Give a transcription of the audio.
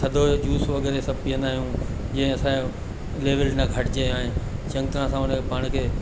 थधो जूस वग़ैरह या इहो सभु पीअंदा आहियूं जीअं असांयो लेविल न घटि जे ऐं चङी तरहं सां उन जो पाण खे